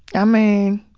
i mean,